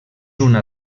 una